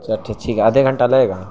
تو اچھا ٹھیک ہے آدھے گھنٹہ لگے گا